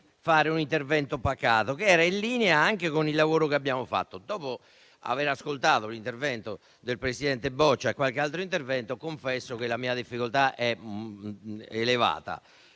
fare un intervento pacato in linea anche con il lavoro che abbiamo svolto. Dopo aver ascoltato l'intervento del presidente Boccia e di qualche altro senatore, confesso che la mia difficoltà è elevata.